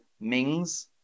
Mings